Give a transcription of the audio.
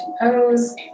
pose